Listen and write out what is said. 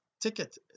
ticket